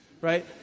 right